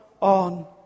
on